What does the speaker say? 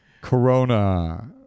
Corona